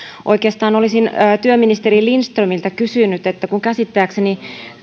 oikeastaan olisin työministeri lindströmiltä kysynyt kun käsittääkseni